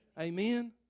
Amen